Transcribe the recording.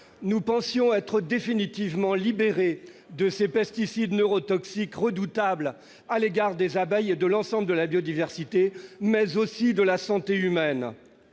Nous pensions être définitivement libérés de ces pesticides neurotoxiques, qui sont redoutables pour les abeilles et l'ensemble de la biodiversité, mais aussi pour la santé humaine.